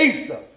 Asa